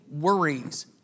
worries